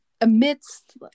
amidst